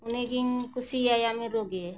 ᱩᱱᱤ ᱜᱤᱧ ᱠᱩᱥᱤᱭᱟᱭᱟ ᱢᱤᱨᱩᱜᱮ